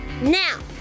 now